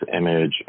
image